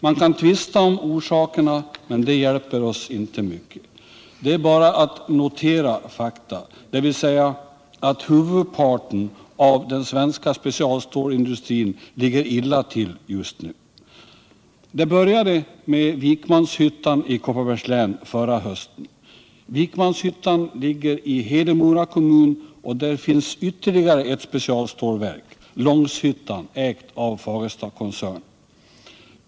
Man kan tvista om orsakerna, men det hjälper oss inte mycket. Det är bara att notera faktum, dvs. att huvudparten av den svenska specialstålindustrin ligger illa till just nu. Det började med Vikmanshyttan i Kopparbergs län förra hösten. Vikmanshyttan ligger i Hedemora kommun och där finns ytterligare ett specialstålverk, Långshyttan, som ägs av Fagerstakoncernen.